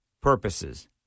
purposes